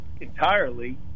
entirely